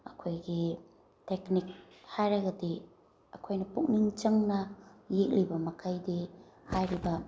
ꯑꯩꯈꯣꯏꯒꯤ ꯇꯦꯛꯅꯤꯛ ꯍꯥꯏꯔꯒꯗꯤ ꯑꯩꯈꯣꯏꯅ ꯄꯨꯛꯅꯤꯡ ꯆꯪꯅ ꯌꯦꯛꯂꯤꯕꯃꯈꯩꯗꯤ ꯍꯥꯏꯔꯤꯕ